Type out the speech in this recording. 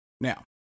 Now